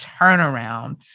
Turnaround